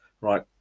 right